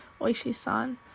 Oishi-san